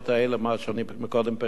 מה שאני קודם פירטתי,